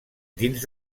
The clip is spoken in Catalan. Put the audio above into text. dins